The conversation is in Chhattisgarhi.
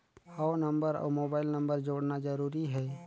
हव नंबर अउ मोबाइल नंबर जोड़ना जरूरी हे?